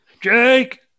jake